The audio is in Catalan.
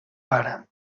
pare